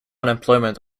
unemployment